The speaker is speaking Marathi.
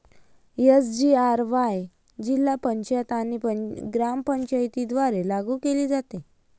एस.जी.आर.वाय जिल्हा पंचायत आणि ग्रामपंचायतींद्वारे लागू केले जाते